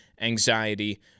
anxiety